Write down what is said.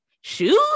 shoes